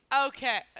Okay